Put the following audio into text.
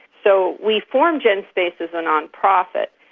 so we formed genspace as a non-profit,